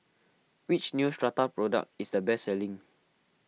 which Neostrata product is the best selling